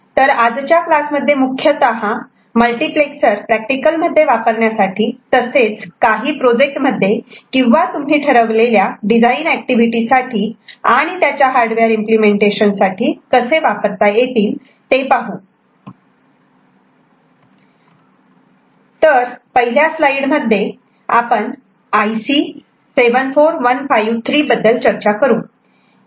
तर आजच्या क्लास मध्ये मुख्यतः मल्टिप्लेक्सर प्रॅक्टिकल मध्ये वापरण्यासाठी तसेच काही प्रोजेक्ट मध्ये किंवा तुम्ही ठरवलेल्या डिझाईन अक्टिविटी साठी आणि त्याच्या हार्डवेअर इम्पलेमेंटेशन साठी कसे वापरता येईल ते पाहू तर पहिल्या स्लाईडमध्ये आपण IC 74153 बद्दल चर्चा करू